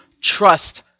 trust